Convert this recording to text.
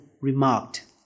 Remarked